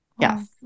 Yes